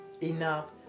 enough